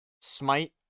smite